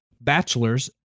Bachelor's